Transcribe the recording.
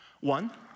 One